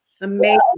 Amazing